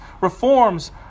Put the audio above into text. reforms